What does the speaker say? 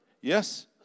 Yes